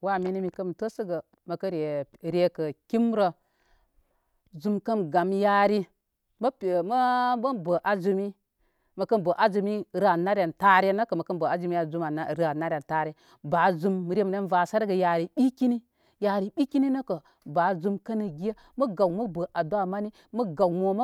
Wa mini mikən təsəgə məkəre rekə kimrə zum kən gani yari mə pe mə bə azumi məkən bə azumi rə anaren tare nəkə məkən bə azumi rə anare tare ba zum remren vasərəgə yari ɓikini yari ɓikini nəkə ba zum kən ge mə gaw mə bə aduwa məni mə gaw mo